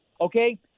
Okay